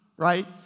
Right